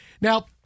Now